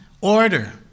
Order